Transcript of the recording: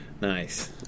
Nice